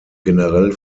generell